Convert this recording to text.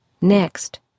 Next